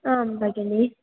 आम् भगिनि